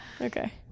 Okay